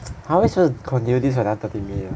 how we supposed to continue this for anohter thirty minutes ah